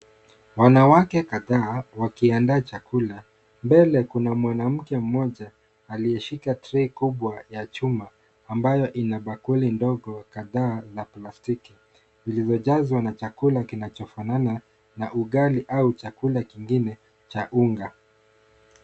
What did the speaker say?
Wanawake kadhaa wakiandaa chakula, mbele kuna mwanamke mmoja aliyeshika trei kubwa ya chuma ambayo ina bakuli ndogo kadhaa za plastiki. Zilizojazwa na chakula kinachofanana na ugali au chakula kingine cha unga.